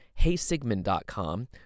heysigmund.com